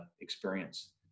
experience